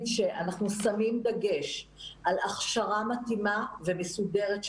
שאנחנו שמים דגש על הכשרה מתאימה ומסודרת שלהן,